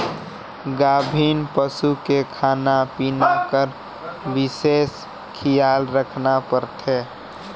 गाभिन पसू के खाना पिना कर बिसेस खियाल रखना परथे